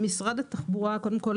קודם כל,